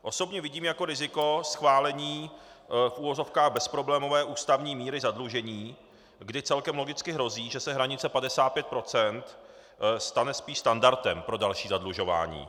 Osobně vidím jako riziko schválení v uvozovkách bezproblémové ústavní míry zadlužení, kdy celkem logicky hrozí, že se hranice 55 % stane spíše standardem pro další zadlužování.